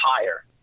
higher